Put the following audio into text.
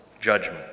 Judgment